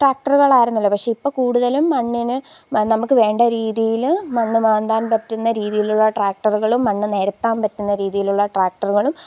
ട്രാക്റ്ററുകളായിരുന്നല്ലോ പക്ഷെ ഇപ്പോൾ കൂടുതലും മണ്ണിനെ നമുക്കു വേണ്ട രീതിയിൽ മണ്ണു മാന്താന് പറ്റുന്ന രീതിയിലുള്ള ട്രാക്റ്ററുകളും മണ്ണു നിരത്താന് പറ്റുന്ന രീതിയിലുള്ള ട്രാക്റ്ററുകളും